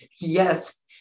yes